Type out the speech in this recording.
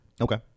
okay